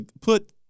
put